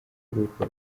urwo